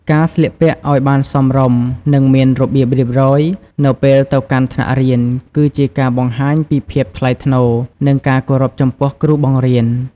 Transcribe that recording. ការ ស្លៀកពាក់ឱ្យបានសមរម្យ និងមានរបៀបរៀបរយ នៅពេលទៅកាន់ថ្នាក់រៀន គឺជាការបង្ហាញពីភាពថ្លៃថ្នូរ និងការគោរពចំពោះគ្រូបង្រៀន។